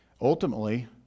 Ultimately